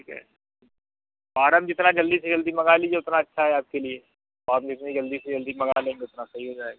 ठीक है फारम जितना जल्दी से जल्दी मंगा लीजिए उतना अच्छा है आपके लिए फॉर्म जितनी जल्दी से जल्दी मंगा लेंगे उतना सही हो जाएगा